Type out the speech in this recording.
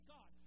God